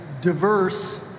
diverse